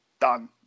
done